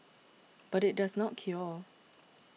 but it does not cure